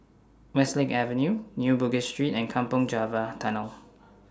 Westlake Avenue New Bugis Street and Kampong Java Tunnel